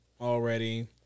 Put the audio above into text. already